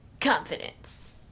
Confidence